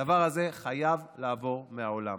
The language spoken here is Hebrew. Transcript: הדבר הזה חייב לעבור מהעולם.